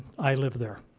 i live there